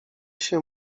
się